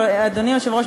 אדוני היושב-ראש,